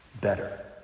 Better